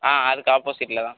ஆ அதுக்கு ஆப்போசிட்ல தான்